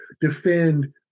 defend